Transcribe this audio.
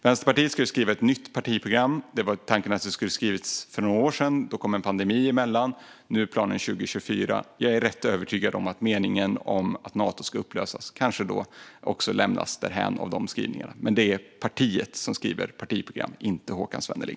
Vänsterpartiet ska skriva ett nytt partiprogram. Tanken var att det skulle ha skrivits för ett par år sedan, men då kom en pandemi emellan. Nu är planen att det ska skrivas 2024. Jag är rätt övertygad om att meningen om att Nato ska upplösas då också lämnas därhän i skrivningarna. Men det är partiet som skriver partiprogram, inte Håkan Svenneling.